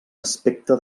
aspecte